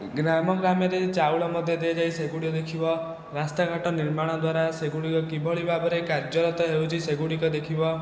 ଗ୍ରାମ ଗ୍ରାମରେ ଚାଉଳ ମଧ୍ୟ ଦିଆଯାଏ ସେଗୁଡ଼ିକ ଦେଖିବା ରାସ୍ତା ଘାଟ ନିର୍ମାଣ ଦ୍ଵାରା ସେଗୁଡ଼ିକ କି ଭଳି ଭାବରେ କାର୍ଯ୍ୟରତ ହେଉଛି ସେଗୁଡ଼ିକ ଦେଖିବ